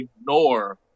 ignore